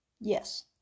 Yes